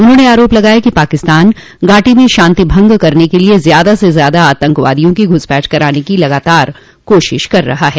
उन्होंने आरोप लगाया कि पाकिस्तान घाटी में शांति भंग करने के लिए ज्यादा से ज्यादा आतंकवादियों की घुसपैठ कराने की लगातार कोशिश कर रहा है